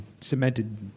cemented